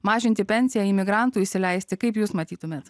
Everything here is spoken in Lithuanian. mažinti pensiją imigrantų įsileisti kaip jūs matytumėte